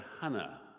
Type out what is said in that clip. Hannah